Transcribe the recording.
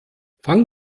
fang